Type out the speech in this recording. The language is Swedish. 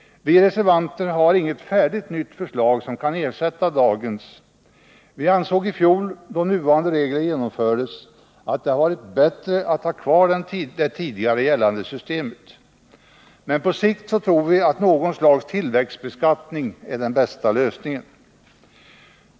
Vi reservanter har inget färdigt nytt förslag som kan ersätta dagens. Vi ansåg fjol, då nuvarande regler genomfördes, att det hade varit bättre att ha kvar det tidigare gällande systemet. Men på sikt tror vi att något slags tillväxtbeskattning är den bästa lösningen.